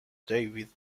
david